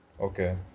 Okay